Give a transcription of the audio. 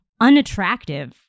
unattractive